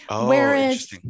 Whereas